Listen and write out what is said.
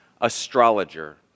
astrologer